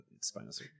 Spinosaurus